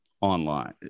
online